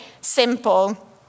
simple